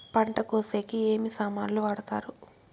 పంట కోసేకి ఏమి సామాన్లు వాడుతారు?